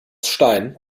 stein